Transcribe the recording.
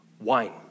wine